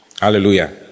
Hallelujah